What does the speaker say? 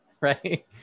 right